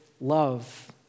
love